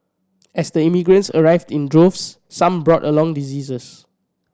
as the immigrants arrived in droves some brought along diseases